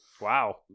Wow